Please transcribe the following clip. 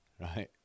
right